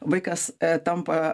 vaikas tampa